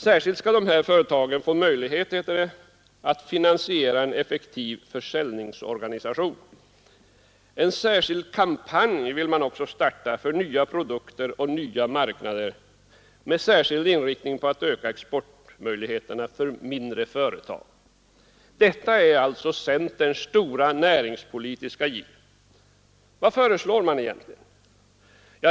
Särskilt skall de här företagen få möjlighet, heter det, att finansiera en effektiv försäljningsorganisation. En särskild kampanj vill man också starta för nya produkter och nya marknader med speciell inriktning på att öka exportmöjligheterna för de mindre företagen. Detta är alltså centerns stora näringspolitiska giv. Vad föreslår man egentligen?